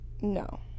No